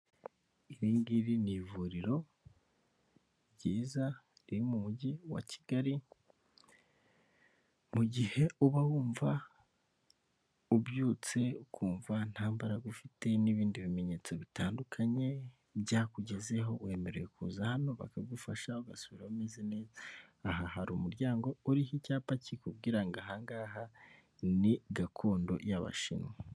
Iri ngiri ni ivuriro ryiza riri mu mujyi wa kigali. Mu gihe uba wumva ubyutse ukumva ntabaraga ufite n'ibindi bimenyetso bitandukanye byakugezeho, wemerewe kuza hano bakagufasha ugasubira umeze neza. Aha hari umuryango uriho icyapa kikubwira ngo ahangaha ni gakondo y'abashinwa